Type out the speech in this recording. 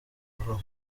vuba